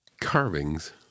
Carvings